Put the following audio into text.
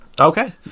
Okay